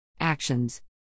Actions